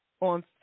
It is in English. on